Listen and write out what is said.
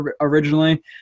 originally